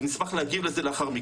ונשמח להגיב לזה לאחר מכן,